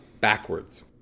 backwards